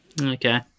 Okay